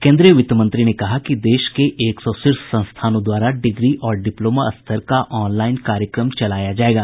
केन्द्रीय वित्तमंत्री ने कहा कि देश के एक सौ शीर्ष संस्थानों द्वारा डिग्री और डिप्लोमा स्तर का ऑनलाइन कार्यक्रम चलाया जाएगा